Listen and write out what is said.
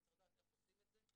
אבל צריך לדעת איך עושים את זה,